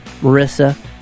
Marissa